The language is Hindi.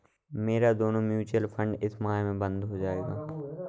मेरा दोनों म्यूचुअल फंड इस माह में बंद हो जायेगा